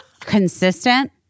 Consistent